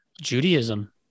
Judaism